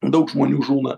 daug žmonių žūna